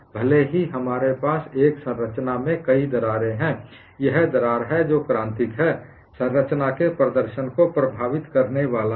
भले ही हमारे पास एक संरचना में कई दरारें हैं यह दरार है जो क्रांतिक है संरचना के प्रदर्शन को प्रभावित करने वाला है